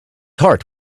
heart